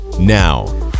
Now